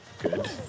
good